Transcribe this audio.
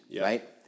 Right